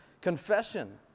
Confession